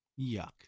Yuck